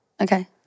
Okay